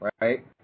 Right